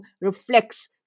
reflects